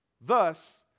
Thus